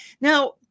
Now